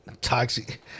Toxic